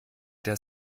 der